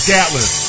Gatlin